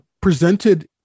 presented